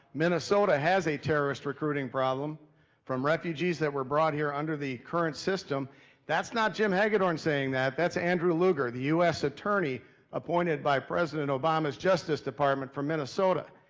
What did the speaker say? minnesota has a terrorist recruiting problem from refugees that were brought here under the current system that's not jim hagedorn saying that, that's andrew lugar, the u s. attorney appointed by president obama's justice department from minnesota.